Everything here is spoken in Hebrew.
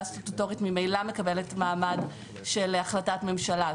סטטוטורית ממילא מקבלת מעמד של החלטת ממשלה.